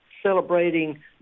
Celebrating